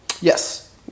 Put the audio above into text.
Yes